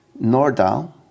Nordal